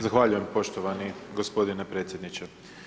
Zahvaljujem poštovani gospodine predsjedniče.